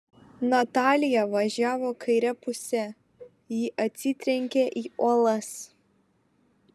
natalija važiavo kaire puse ji atsitrenkia į uolas